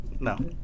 No